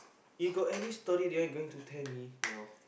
you got any story you are going tell me now